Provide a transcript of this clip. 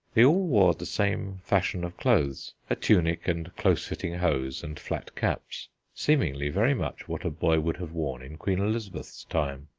they all wore the same fashion of clothes a tunic and close-fitting hose and flat caps seemingly very much what a boy would have worn in queen elizabeth's time.